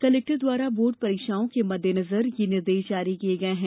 collector द्वारा board परीक्षाओं के मद्देनजर यह निर्देष जारी किये गए हैं